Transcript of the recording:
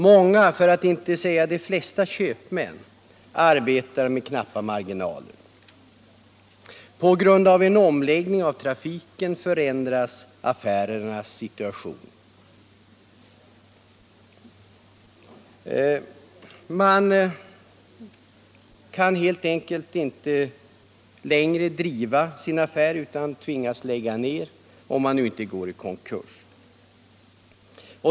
Många köpmän, för att inte säga de flesta, arbetar med knappa marginaler. På grund av en omläggning av trafiken förändras affärernas situation. Man kan helt enkelt inte driva sin affär utan tvingas lägga ner, om man nu inte går i konkurs.